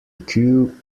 queue